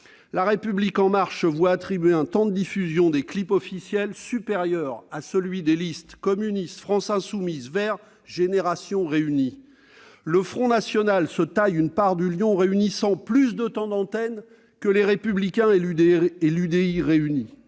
La République En Marche se voit attribuer un temps de diffusion des clips officiels supérieur à celui des listes communiste, France insoumise, Europe Écologie Les Verts et Génération.s réunies ! Le Front national se taille une part de lion, concentrant plus de temps d'antenne que Les Républicains et l'UDI réunis.